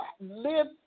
live